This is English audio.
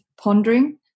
pondering